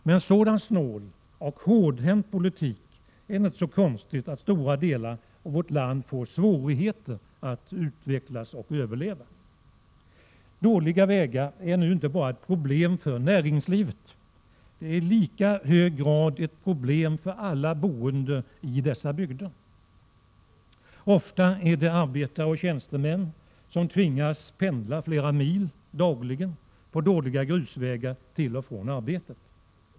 Med en sådan snål och hårdhänt politik är det inte så konstigt att stora delar av vårt land får svårigheter att utvecklas och överleva. Dåliga vägar är inte bara ett problem för näringslivet. Det är i lika hög grad ett problem för alla boende i dessa bygder. Ofta tvingas arbetare och tjänstemän dagligen pendla flera mil på dåliga grusvägar till och från arbetet.